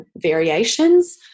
variations